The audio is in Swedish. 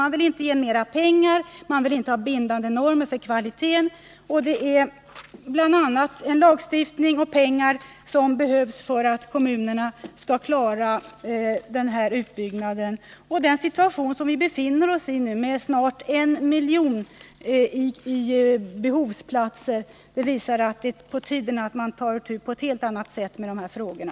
Man vill inte ge mer pengar, man vill inte ha bindande normer för kvaliteten, medan vad som behövs bl.a. är lagstiftning och pengar för att kommunerna skall klara utbyggnaden. Den situation som vi nu befinner oss i med snart en miljon behovsplatser visar att det är på tiden att man på ett helt annat sätt tar itu med de här frågorna.